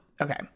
Okay